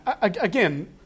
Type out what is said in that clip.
Again